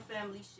family